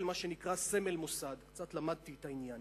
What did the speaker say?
מה שנקרא "סמל מוסד" קצת למדתי את העניין,